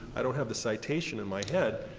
i don't have the citation in my head,